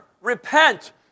repent